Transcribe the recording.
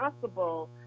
possible